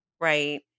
right